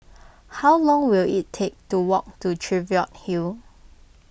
how long will it take to walk to Cheviot Hill